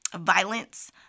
violence